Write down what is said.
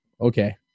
Okay